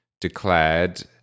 declared